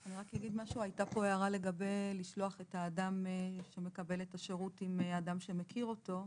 הייתה פה הערה לגבי לשלוח את האדם שמקבל את השירות מאדם שמכיר אותו.